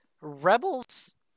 Rebels